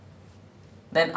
!wah! so it's like